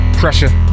pressure